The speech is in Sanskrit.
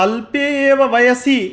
अल्पे एव वयसि